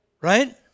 Right